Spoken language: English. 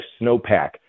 snowpack